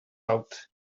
out